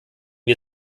wir